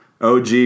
og